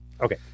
okay